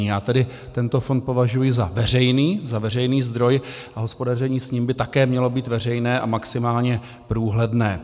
Já tento fond považuji za veřejný, za veřejný zdroj, a hospodaření s ním by také mělo být veřejné a maximálně průhledné.